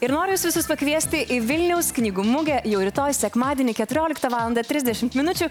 ir noriu visus jus pakviesti į vilniaus knygų mugę jau rytoj sekmadienį keturioliktą valandą trisdešimt minučių